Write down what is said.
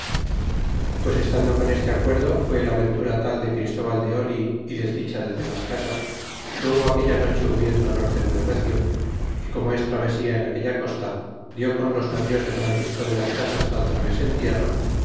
pues estando con este acuerdo fué la ventura tal de christóval de oh y desdicha del de las casas que hubo aquella noche un viento norte muy recio y como es travesía en aquella costa dió con los navíos de francisco de las casas al traves en tierra